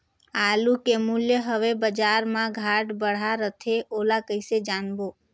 आलू के मूल्य हवे बजार मा घाट बढ़ा रथे ओला कइसे जानबो?